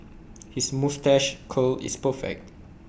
his moustache curl is perfect